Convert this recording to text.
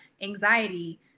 anxiety